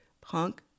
Punk